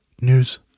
news